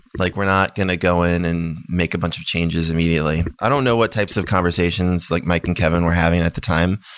like we're not going to go in and make a bunch of changes immediately. immediately. i don't know what types of conversations like mike and kevin were having at the time,